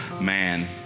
man